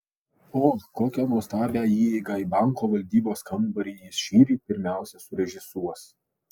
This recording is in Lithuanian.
o kokią nuostabią įeigą į banko valdybos kambarį jis šįryt pirmiausia surežisuos